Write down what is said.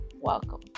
welcome